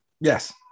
yes